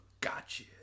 gotcha